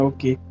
Okay